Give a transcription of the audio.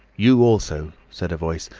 you also said a voice,